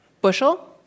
Bushel